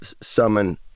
summon